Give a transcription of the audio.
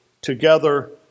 together